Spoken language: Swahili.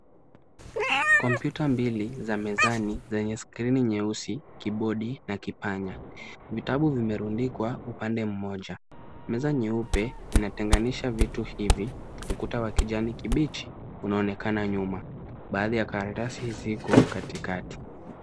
Komputa mbili za mezani zenye skrini nyeusi, kibodi na kipanya. Vitabu vimerundikwa upande mmoja. Meza nyeupe inatenganisha vitu hivi. Ukuta wa kijani kibichi unaonekana nyuma. Baadhi ya karatasi ziko katikati.